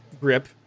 grip